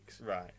Right